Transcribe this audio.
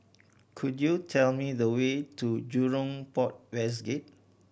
could you tell me the way to Jurong Port West Gate